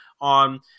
on